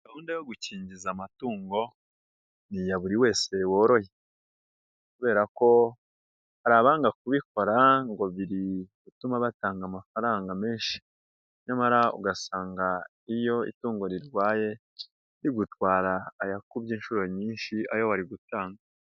Gahunda yo gukingiza amatungo, ni iya buri wese woroye kubera ko hari abanga kubikora ngo biri gutuma batanga amafaranga menshi. Nyamara ugasanga iyo itungo rirwaye, rigutwara ayakubye inshuro nyinshi ayo wari gutanga.